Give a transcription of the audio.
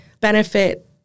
benefit